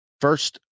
First